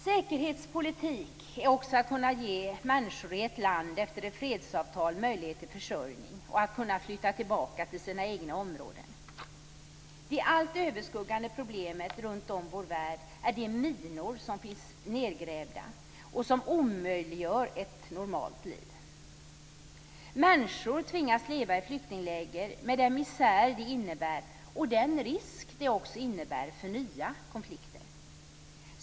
Säkerhetspolitik är också att efter ett fredsavtal ge människor i ett land möjlighet till försörjning och möjlighet att flytta tillbaka till sina egna områden. Det allt överskuggande problemet runtom i vår värld är de minor som finns nedgrävda. De omöjliggör ett normalt liv. Människor tvingas leva i flyktingläger med den misär det innebär och den risk det också innebär för nya konflikter.